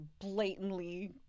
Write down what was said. blatantly